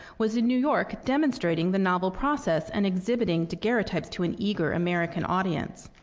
was in new york demonstrating the novel process and exhibiting daguerreotypes to an eager american audience.